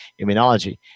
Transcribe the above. immunology